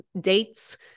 dates